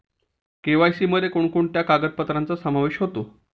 KYC मध्ये कोणकोणत्या कागदपत्रांचा समावेश होतो?